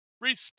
respect